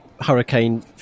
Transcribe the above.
hurricane